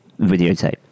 videotape